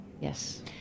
yes